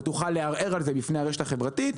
תוכל לערער על זה בפני הרשת החברתית,